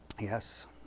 yes